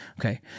Okay